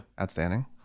Outstanding